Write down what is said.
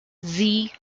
zee